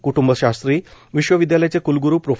कूटुंबशास्त्री विश्वविदयालयाचे कूलग्रू प्रो